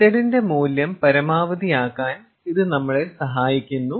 Z ന്റെ മൂല്യം പരമാവധിയാക്കാൻ ഇത് നമ്മളെ സഹായിക്കുന്നു